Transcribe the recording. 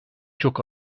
çok